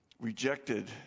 rejected